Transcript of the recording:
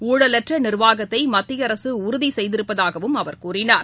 ஊழலற்றநிர்வாகத்தைமத்தியஅரசுஉறுதிசெய்திருப்பதாகவும் அவர் கூறினார்